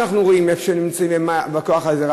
אנחנו רואים איפה שהם נמצאים ככוח העזר.